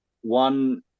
one